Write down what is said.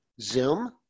Zoom